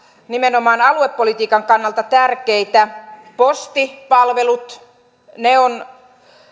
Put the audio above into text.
nimenomaan aluepolitiikan kannalta tärkeitä postipalvelut ne ovat